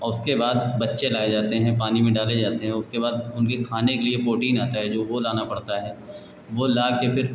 और उसके बाद बच्चे लाए जाते हैं पानी में डाले जाते हैं उसके बाद उनके खाने के लिए प्रोटीन आता है जो वह लाना पड़ता है वह लाकर